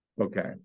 Okay